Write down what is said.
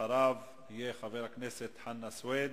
אחריו, חבר הכנסת חנא סוייד,